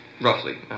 roughly